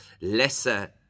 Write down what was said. lesser